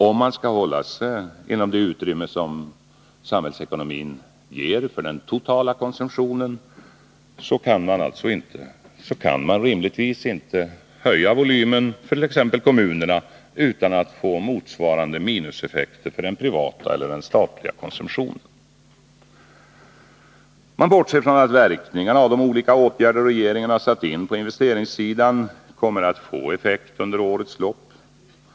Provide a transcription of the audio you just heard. Om man skall hålla sig inom det utrymme som samhällsekonomin ger för den totala konsumtionen, så kan man rimligtvis inte höja volymen för t.ex. kommunerna utan att få motsvarande minuseffekter för den privata eller den statliga konsumtionen. Man bortser från att de olika åtgärder regeringen satt in på investeringssidan kommer att få effekt under årets lopp.